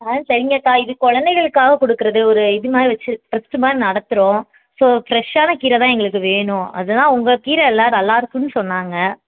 ஆ சரிங்கக்கா இது கொழந்தைகளுக்காக கொடுக்குறது ஒரு இதுமாதிரி வச்சு டிரஸ்ட்டு மாதிரி நடத்துகிறோம் ஸோ ஃப்ரஷ்ஷான கீரைதான் எங்களுக்கு வேணும் அதுதான் உங்கள் கீரை எல்லாம் நல்லாயிருக்குன்னு சொன்னாங்கள்